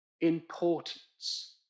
importance